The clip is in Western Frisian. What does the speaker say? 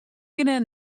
kinne